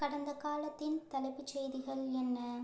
கடந்த காலத்தின் தலைப்புச் செய்திகள் என்ன